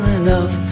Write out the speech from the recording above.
enough